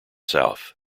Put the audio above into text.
south